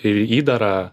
ir įdarą